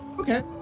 Okay